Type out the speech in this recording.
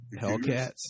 Hellcats